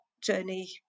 journey